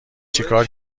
چیکار